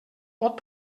pot